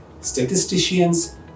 statisticians